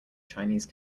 chinese